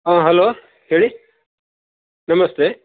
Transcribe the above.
ಹಾಂ ಹಲೋ ಹೇಳಿ ನಮಸ್ತೆ